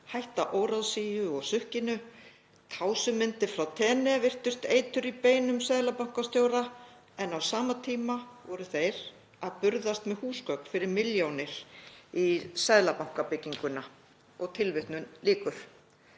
hætta óráðsíu og sukkinu, táslumyndir frá Tene virtust eitur í beinum seðlabankastjóra en á sama tíma voru þeir að burðast með húsgögn fyrir milljónir í Seðlabankabygginguna.“ Umfangsmiklar